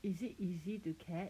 is it easy to catch